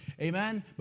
amen